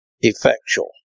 Effectual